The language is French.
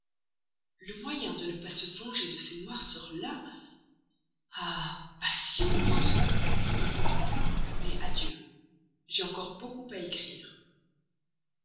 le moyen de ne se pas venger de ces noirceurs là ah patience mais adieu j'ai encore beaucoup à écrire